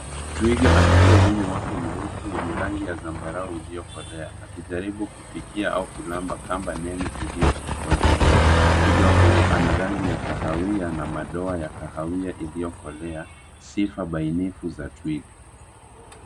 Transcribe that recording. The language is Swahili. Twiga akitoa ulimi wake mrefu wenye rangi ya zambarau iliyokolea, akijaribu kufikia au kunamba kamba nene iliyo sokotu. Twiga huyu ana rangi ya kahawia na madoa ya kahawia iliyokolea, sifa bainifu za twiga.